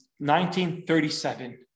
1937